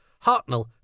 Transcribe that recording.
Hartnell